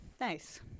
Nice